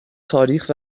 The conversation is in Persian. تاریخ